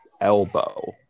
elbow